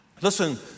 Listen